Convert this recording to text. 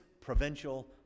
provincial